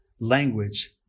language